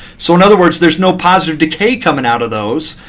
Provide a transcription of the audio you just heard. so in other words, there's no positive decay coming out of those.